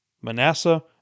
Manasseh